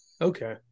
Okay